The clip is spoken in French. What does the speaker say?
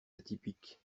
atypiques